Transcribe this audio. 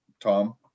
Tom